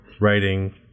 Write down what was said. writing